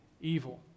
evil